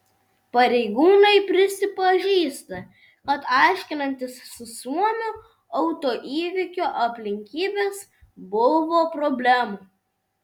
pareigūnai prisipažįsta kad aiškinantis su suomiu autoįvykio aplinkybes buvo problemų